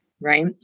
Right